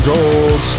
Gold